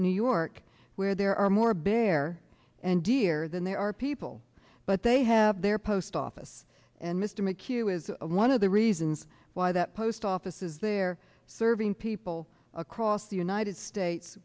new york where there are more bare and deer than there are people but they have their post office and mr mchugh is one of the reasons why that post office is there serving people across the united states